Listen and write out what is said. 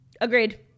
Agreed